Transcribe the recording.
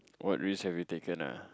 what risk have you taken ah